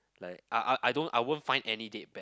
like I I I don't I won't find any date bad